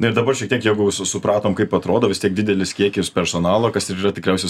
na ir dabar šitiek jeigu visi supratom kaip atrodo vis tiek didelis kiekis personalo kas ir yra tikriausia